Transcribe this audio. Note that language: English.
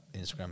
Instagram